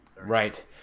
Right